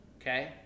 Okay